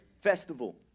festival